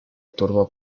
turbo